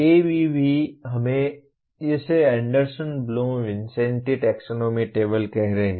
ABV हम इसे Anderson Bloom Vincenti taxonomy table कह रहे हैं